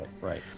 right